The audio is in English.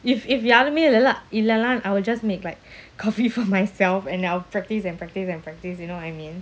if if யாருமேஇல்லனாஇல்லனா:yarume illana illana I will just make like coffee for myself and I'll practice and practice and practice you know what I mean